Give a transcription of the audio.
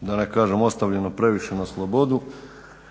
da ne kažem ostavljeno previše na slobodu.